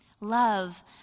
Love